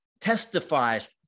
testifies